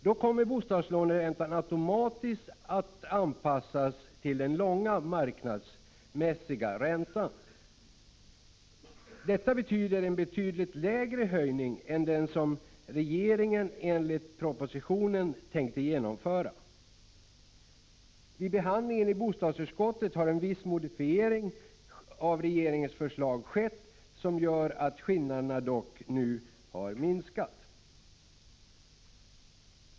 Då kommer bostadslåneräntan automatiskt att anpassas till den långa marknadsmässiga räntan. Detta betyder en betydligt lägre höjning än den som regeringen enligt propositionen tänkte genomföra. Vid behandlingen i bostadsutskottet har dock en viss modifiering av regeringens förslag skett, som gör att skillnaden minskat.